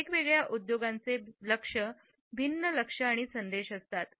वेगवेगळ्या उद्योगांचे लक्ष्य भिन्न लक्ष आणि संदेश असतात